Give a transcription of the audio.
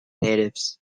natives